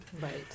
Right